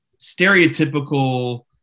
stereotypical